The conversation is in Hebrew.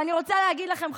ואני רוצה להגיד לכם,